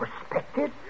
respected